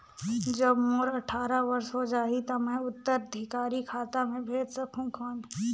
जब मोर अट्ठारह वर्ष हो जाहि ता मैं उत्तराधिकारी कर खाता मे भेज सकहुं कौन?